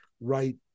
right